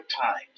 Times